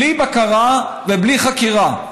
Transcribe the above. בלי בקרה ובלי חקירה?